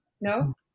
No